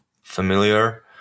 familiar